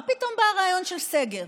מה פתאום בא הרעיון של סגר?